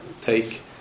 take